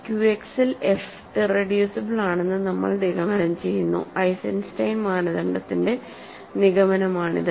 ക്യൂഎക്സിൽ F irreducible ആണെന്ന് നമ്മൾ നിഗമനം ചെയ്യുന്നു ഐസൻസ്റ്റൈൻ മാനദണ്ഡത്തിന്റെ നിഗമനമാണിത്